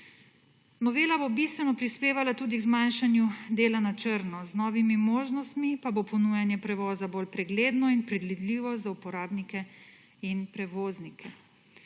Novela bo bistveno prispevala tudi k zmanjšanju dela na črno, z novimi možnostmi pa bo ponujanje prevoza bolj pregledno in predvidljivo za uporabnike in prevoznike.